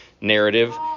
narrative